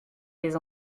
les